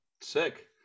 Sick